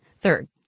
Third